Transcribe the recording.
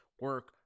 Work